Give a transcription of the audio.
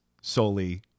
solely